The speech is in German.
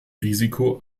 risiko